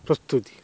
ପ୍ରସ୍ତୁତି